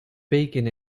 bacon